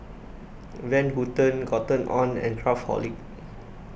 Van Houten Cotton on and Craftholic